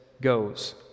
goes